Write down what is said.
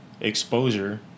exposure